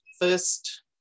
first